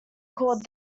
called